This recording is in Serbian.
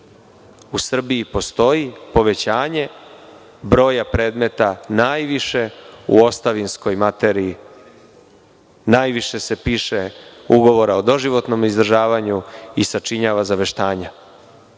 u Srbiji postoji povećanje broja predmeta najviše u ostavinskoj materiji, najviše se piše ugovora o doživotnom izdržavanju i sačinjavaju zaveštanja.